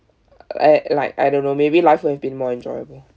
and like I don't know maybe life would have been more enjoyable